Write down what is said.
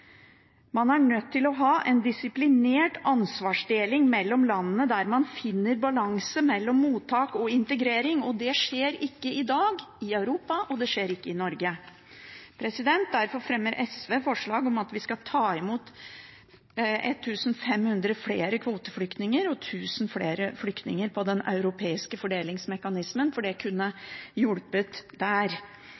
Man er nødt til å ha en disiplinert ansvarsdeling mellom landene, der man finner en balanse mellom mottak og integrering. Det skjer ikke i Europa i dag, og det skjer ikke i Norge. Derfor fremmer SV forslag om at vi skal ta imot 1 500 flere kvoteflyktninger og 1 000 flere flyktninger gjennom den europeiske fordelingsmekanismen, for det kunne